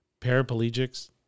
paraplegics